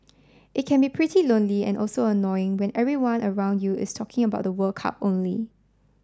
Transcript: it can be pretty lonely and also annoying when everyone around you is talking about the World Cup only